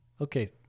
okay